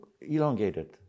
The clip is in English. elongated